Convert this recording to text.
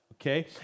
Okay